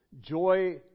Joy